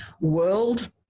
world